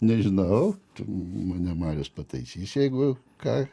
nežinau mane marius pataisys jeigu ką